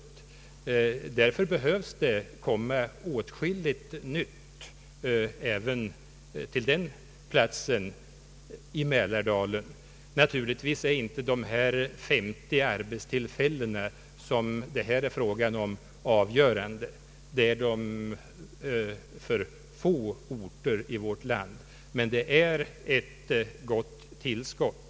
De femtio arbetstillfällen som det här är fråga om är naturligtvis inte avgörande. Det gäller för flertalet orter i vårt land. Men det är ett gott tillskott.